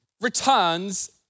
returns